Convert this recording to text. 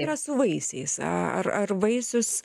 yra su vaisiais ar ar vaisius